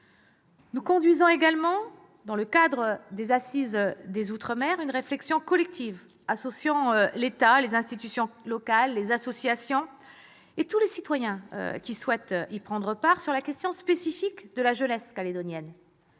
Nous conduisons également, dans le cadre des assises des outre-mer, une réflexion collective, regroupant l'État, les institutions locales, les associations et tous les citoyens qui souhaitent y prendre part, sur la question spécifique de la jeunesse calédonienne.